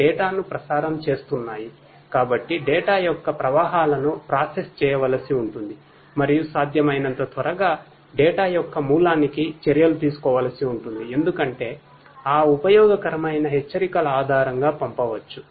data యొక్క మూలానికి చర్యలు తీసుకోవలసి ఉంటుంది ఎందుకంటే ఆ ఉపయోగకరమైన హెచ్చరికల ఆధారంగా పంపవచ్చు